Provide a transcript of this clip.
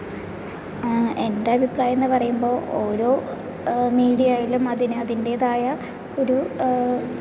എൻ്റെ അഭിപ്രായം എന്ന് പറയുമ്പോൾ ഓരോ മീഡിയ ആയാലും അതിന് അതിൻ്റെതായ ഒരു